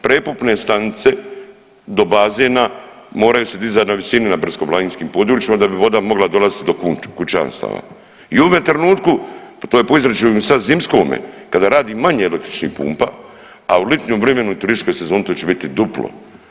Prepumpne stanice do bazena moraju se dizati na visini na brdsko-planinskim područjima da bi voda mogla dolaziti do kućanstava., I u ovom trenutku to je po izračunu sad zimskome kad radi manje električnih pumpa, a u litnjem vrimenu i turističkoj sezoni to će biti duplo.